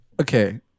Okay